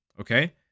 Okay